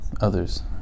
others